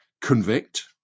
convict